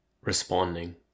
responding